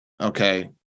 okay